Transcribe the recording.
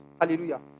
Hallelujah